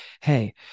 Hey